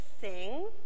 sing